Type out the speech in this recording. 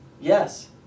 yes